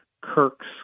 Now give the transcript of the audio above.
Kirk's